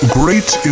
great